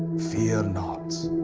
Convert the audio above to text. fear not!